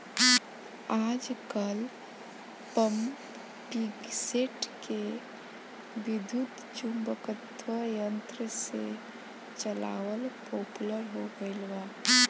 आजकल पम्पींगसेट के विद्युत्चुम्बकत्व यंत्र से चलावल पॉपुलर हो गईल बा